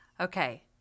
Okay